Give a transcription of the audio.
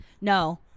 No